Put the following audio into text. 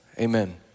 Amen